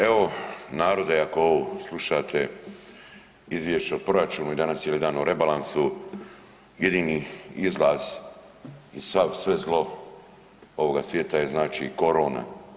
Evo narode ako ovo slušate, izvješće o proračunu i danas cijeli dan o rebalansu, jedini izlaz i sve zlo ovoga svijeta je znači korona.